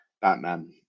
Batman